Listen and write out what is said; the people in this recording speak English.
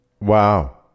Wow